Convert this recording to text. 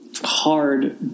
hard